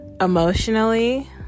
emotionally